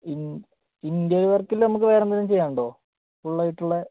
interior വർക്കിൽ നമുക്ക് വേറെയെന്തെങ്കിലും ചെയ്യാനുണ്ടോ ഫുള്ളായിട്ടുള്ളത്